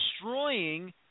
destroying